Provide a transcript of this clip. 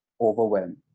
overwhelm